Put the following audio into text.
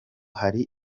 hari